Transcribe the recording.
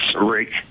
Rick